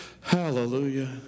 hallelujah